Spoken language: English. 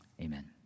Amen